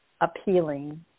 appealing